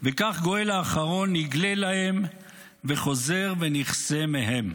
--- כך גואל האחרון נגלה להם וחוזר ונכסה מהן".